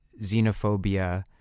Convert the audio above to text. xenophobia